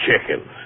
chickens